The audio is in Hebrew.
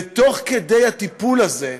ותוך כדי הטיפול הזה,